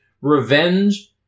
revenge